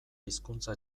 hizkuntza